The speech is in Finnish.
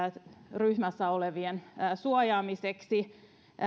riskiryhmässä olevien suojaamiseksi